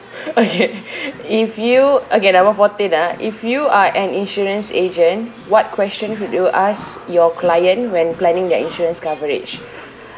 okay if you okay number fourteen ah if you are an insurance agent what question would you ask your client when planning their insurance coverage